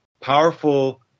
powerful